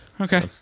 Okay